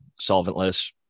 solventless